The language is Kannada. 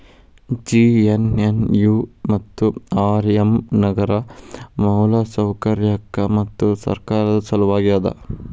ಜೆ.ಎನ್.ಎನ್.ಯು ಮತ್ತು ಆರ್.ಎಮ್ ನಗರ ಮೂಲಸೌಕರ್ಯಕ್ಕ ಮತ್ತು ಸರ್ಕಾರದ್ ಸಲವಾಗಿ ಅದ